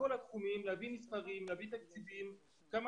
צריך להביא מספרים ותקציבים בכל התחומים